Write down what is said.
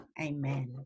amen